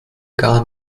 gar